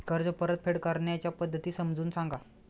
कर्ज परतफेड करण्याच्या पद्धती समजून सांगा